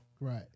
Right